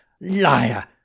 Liar